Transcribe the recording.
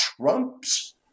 Trump's